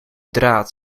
draad